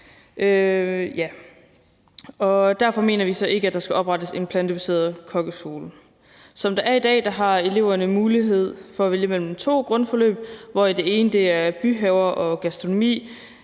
Derfor mener vi ikke, at der skal oprettes en plantebaseret kokkeskole. Som det er i dag, har eleverne mulighed for at vælge mellem to grundforløb, hvoraf det ene er byhaver og gastronomi,